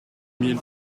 mille